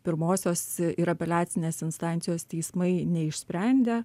pirmosios ir apeliacinės instancijos teismai neišsprendė